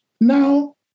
Now